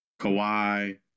Kawhi